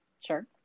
Sure